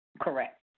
Correct